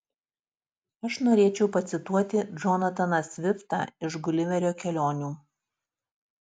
aš norėčiau pacituoti džonataną sviftą iš guliverio kelionių